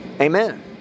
Amen